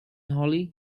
hollie